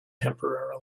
temporarily